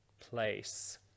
place